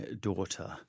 daughter